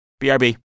BRB